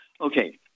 Okay